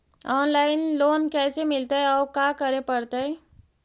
Online loan कैसे मिलतै औ का करे पड़तै?